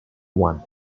one